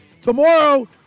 Tomorrow